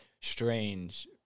strange